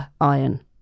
iron